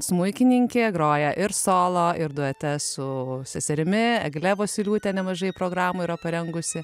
smuikininkė groja ir solo ir duete su seserimi egle vosyliūte nemažai programų yra parengusi